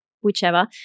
whichever